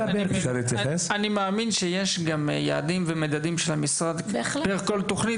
אני מאמין שגם יש מדדים ויעדים של המשרד ושתוכנית